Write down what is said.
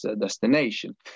destination